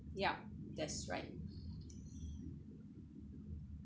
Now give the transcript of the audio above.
ya that's right